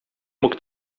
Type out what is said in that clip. mógł